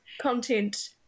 content